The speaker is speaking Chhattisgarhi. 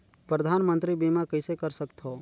परधानमंतरी बीमा कइसे कर सकथव?